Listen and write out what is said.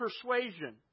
persuasion